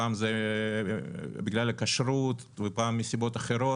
פעם זה בגלל כשרות ופעם מסיבות אחרות,